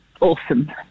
awesome